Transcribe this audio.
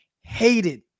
hated